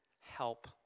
help